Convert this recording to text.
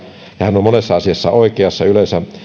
ja hän on monessa asiassa oikeassa yleensä